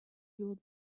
fueled